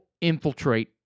infiltrate